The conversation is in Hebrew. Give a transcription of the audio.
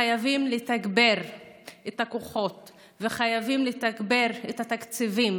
חייבים לתגבר את הכוחות וחייבים לתגבר את התקציבים